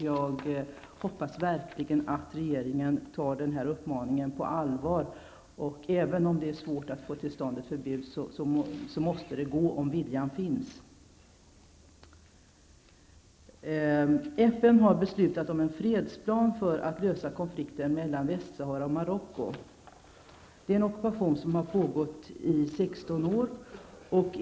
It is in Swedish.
Jag hoppas verkligen att regeringen tar den här uppmaningen på allvar. Även om det är svårt att få till stånd ett förbud, så måste det gå om viljan finns. FN har beslutat om en fredsplan för att lösa konflikten mellan Västsahara och Marocko. Det gäller en ockupation som har pågått i 16 år.